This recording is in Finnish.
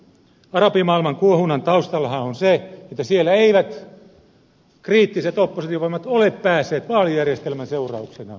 arabimaailman kuohunnan taustallahan on se että siellä eivät kriittiset oppositiovoimat ole päässeet vaalijärjestelmän seurauksena parlamenttiin